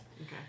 Okay